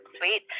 sweet